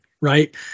right